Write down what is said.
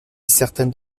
certaines